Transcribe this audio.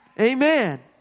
Amen